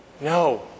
no